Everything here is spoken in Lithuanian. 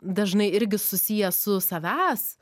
dažnai irgi susijęs su savęs